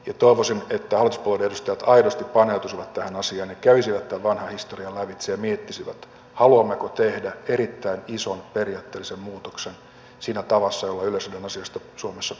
ja toivoisin että hallituspuolueiden edustajat aidosti paneutuisivat tähän asiaan ja kävisivät tämän vanhan historian lävitse ja miettisivät haluammeko tehdä erittäin ison periaatteellisen muutoksen siinä tavassa jolla yleisradion asioista suomessa päätetään